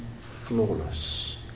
flawless